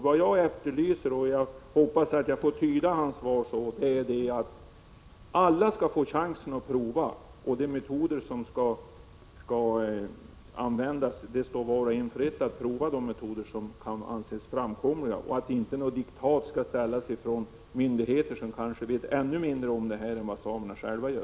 Vad jag efterlyser är — och jag hoppas att jag får tyda jordbruksministerns svar så — att alla skall få chansen att prova de metoder som kan anses framkomliga och att det inte skall komma några diktat från myndigheter som kanske vet ännu mindre om detta än vad samerna själva gör.